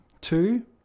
Two